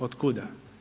Od kuda?